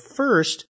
first